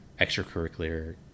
extracurricular